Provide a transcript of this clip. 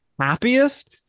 happiest